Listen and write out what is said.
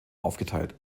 aufgeteilt